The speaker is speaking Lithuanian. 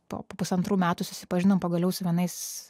po po pusantrų metų susipažinom pagaliau su vienais